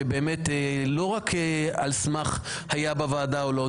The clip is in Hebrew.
שלא רק על סמך זה שהיה בוועדה או לא,